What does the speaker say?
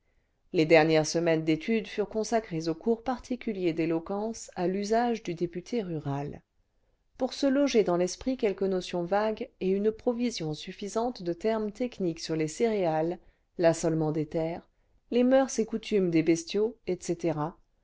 les dernières semaines d'études furent consacrées au cours particulier d'éloquence à l'usage du député rural pour se loger dans l'esprit quelques notions vagues et une provision suffisante cle termes techniques sur les céréales l'assolement des terres les moeurs et coutumes des bestiaux etc